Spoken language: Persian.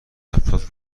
افراد